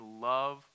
love